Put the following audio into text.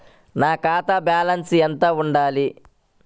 నా ఖాతా బ్యాలెన్స్ ఎంత ఉండాలి?